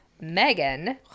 Megan